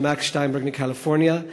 של מקס שטיינברג מקליפורניה.